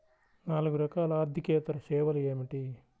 నాలుగు రకాల ఆర్థికేతర సేవలు ఏమిటీ?